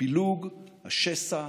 הפילוג, השסע,